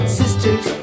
sisters